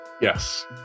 Yes